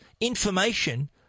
information